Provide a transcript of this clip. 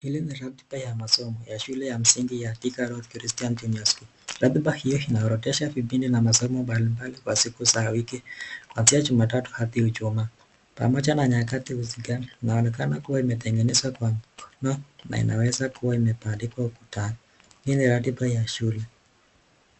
Hili ni ratiba ya masomo ya shule ya msingi ya Thika Road Christiana Kenayan School. Ratiba hiyo inahorodhesha vipindi na masomo mbali mbali kwa siku za wiki kuanzia juma tatu hadi ijumaa pamoja na nyakati husika. Inaonekana kuwa imetetengenezwa kwa mikono na inaweza kuwa imebandikwa ukatani. Hii ni ratiba ya shule.